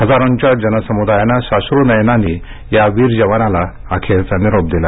हजारोंच्या जनसमुदायानं साश्रू नयनांनी या वीर जवानाला अखेरचा निरोप दिला